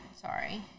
Sorry